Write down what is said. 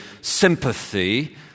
sympathy